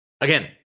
Again